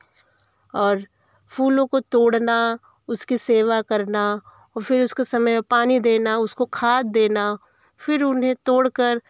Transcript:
और फूलों को तोड़ना उसकी सेवा करना फिर उसको समय पानी देना उसको खाद देना फिर उन्हें तोड़कर